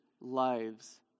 lives